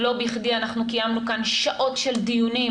לא בכדי אנחנו קיימנו כאן שעות של דיונים